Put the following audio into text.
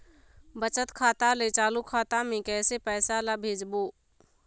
बचत खाता ले चालू खाता मे कैसे पैसा ला भेजबो?